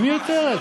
היא מיותרת.